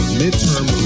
midterm